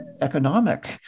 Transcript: economic